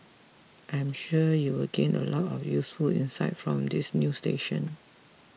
I am sure you will gain a lot of useful insights from this new station